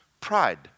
Pride